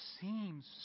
seems